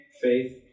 faith